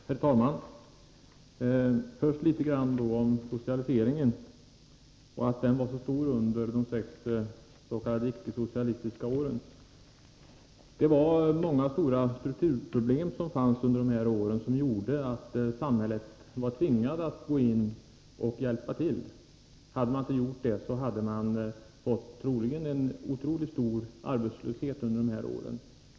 Herr talman! Först litet om det som sades om att socialiseringen var så stor under de sex icke-socialistiska åren. Det var många stora strukturproblem under dessa år som gjorde att samhället tvingades att gå in och hjälpa till. Hade man inte gjort det, hade vi förmodligen fått en otroligt stor arbetslöshet under dessa år.